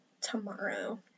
tomorrow